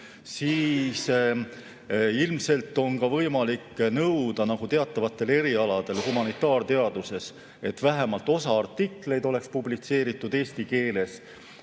Siis ilmselt oleks võimalik nõuda teatavatel erialadel humanitaarteaduses, et vähemalt osa artikleid oleks publitseeritud eesti keeles.